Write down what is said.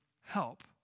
help